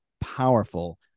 powerful